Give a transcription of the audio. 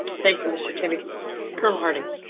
thank you, mr. timmy colonel harding.